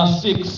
six